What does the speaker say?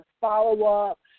follow-up